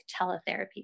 teletherapy